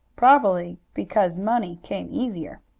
probably because money came easier.